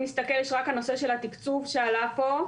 הנושא של התקצוב שעלה פה: